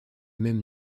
même